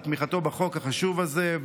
על תמיכתו בחוק החשוב הזה,